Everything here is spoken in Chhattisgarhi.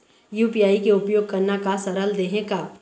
यू.पी.आई के उपयोग करना का सरल देहें का?